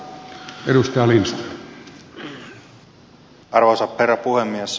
arvoisa herra puhemies